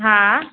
हा